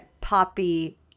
poppy